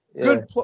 good